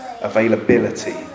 availability